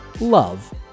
love